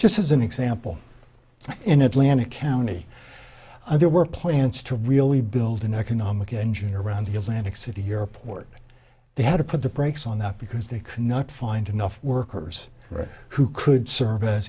just as an example in atlantic county there were plans to really build an economic engine around the atlantic city airport they had to put the brakes on that because they cannot find enough workers who could service